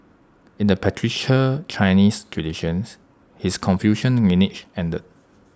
in the patriarchal Chinese traditions his Confucian lineage ended